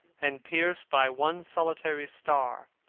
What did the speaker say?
and pierced by one solitary star,